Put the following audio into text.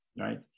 right